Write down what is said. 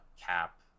cap